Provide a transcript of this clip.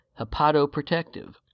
hepatoprotective